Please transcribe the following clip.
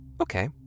Okay